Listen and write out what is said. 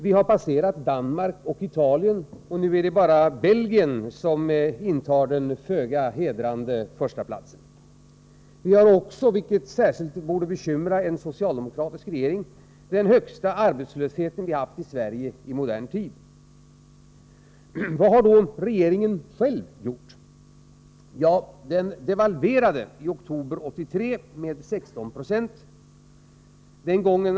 Vi har passerat Danmark och Italien och har nu bara Belgien före oss på den föga hedrande förstaplatsen. Vi har också, vilket särskilt borde bekymra en socialdemokratisk regering, den högsta arbetslöshet vi haft i Sverige i modern tid. Vad har då regeringen själv gjort? Den devalverade i oktober 1982 med 16976.